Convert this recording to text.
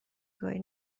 گاری